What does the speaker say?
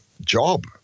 job